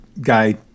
guy